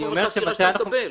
מה זה חומר חקירה שאתה מקבל?